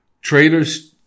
traders